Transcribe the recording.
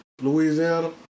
Louisiana